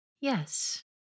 Yes